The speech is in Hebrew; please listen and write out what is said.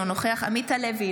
אינו נוכח עמית הלוי,